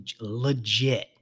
Legit